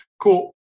Cool